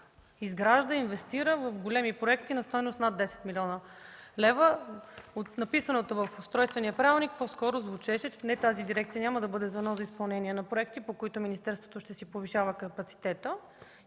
изгражда и инвестира в големи проекти на стойност над 10 млн. лв. От написаното в устройствения правилник по-скоро звучеше, че тази дирекция няма да бъде за ново изпълнение на проекти, по които министерството ще повишава капацитета